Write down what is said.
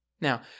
Now